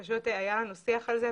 היה לנו שיח על זה,